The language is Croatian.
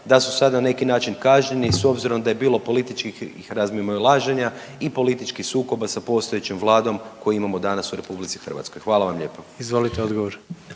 da su sada na neki način kažnjeni s obzirom da je bilo političkih razmimoilaženja i političkih sukoba sa postojećom vladom koju imamo danas u RH? Hvala vam lijepa. **Jandroković,